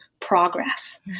progress